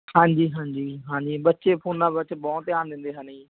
ਹਾਂਜੀ ਹਾਂਜੀ ਹਾਂਜੀ ਬੱਚੇ ਫੋਨਾਂ ਵਿੱਚ ਬਹੁਤ ਧਿਆਨ ਦਿੰਦੇ ਹਨ ਜੀ